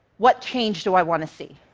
what change do i want to see?